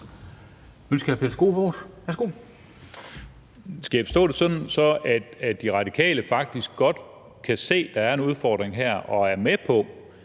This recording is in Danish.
Skal jeg forstå det sådan, at De Radikale faktisk godt kan se, at der her er en udfordring, og er med på,